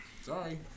Sorry